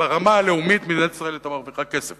ברמה הלאומית מדינת ישראל היתה מרוויחה כסף